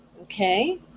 Okay